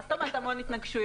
מה זאת אומרת המון התנגשויות?